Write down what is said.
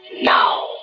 Now